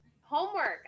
homework